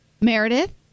Meredith